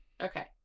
Okay